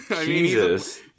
jesus